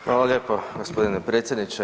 Hvala lijepo gospodine predsjedniče.